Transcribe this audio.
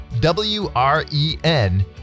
W-R-E-N